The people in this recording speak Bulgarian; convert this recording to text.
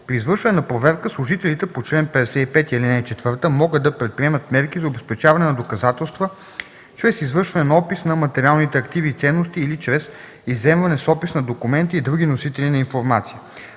При извършване на проверка служителите по чл. 55, ал. 4 могат да предприемат мерки за обезпечаване на доказателства чрез извършване на опис на материалните активи и ценности или чрез изземване с опис на документи и други носители на информация.